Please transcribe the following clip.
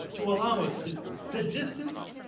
to allow us to the distance,